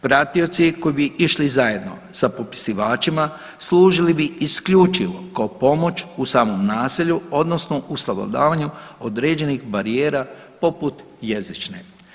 Pratioci koji bi išli zajedno sa popisivačima služili bi isključivo kao pomoć u samom naselju odnosno u savladavanju određenih barijera poput jezične.